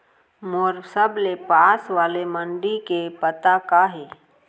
मोर सबले पास वाले मण्डी के पता का हे?